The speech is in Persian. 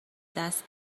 دست